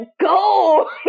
go